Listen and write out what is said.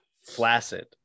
flaccid